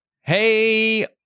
Hey